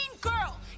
girl